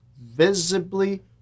visibly